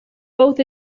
both